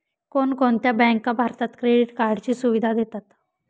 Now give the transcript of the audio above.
कोणकोणत्या बँका भारतात क्रेडिट कार्डची सुविधा देतात?